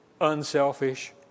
unselfish